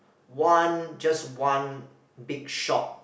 one just one big shop